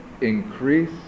increase